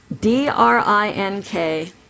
D-R-I-N-K